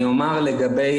אני אומר לגבי